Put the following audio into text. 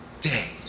day